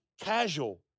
casual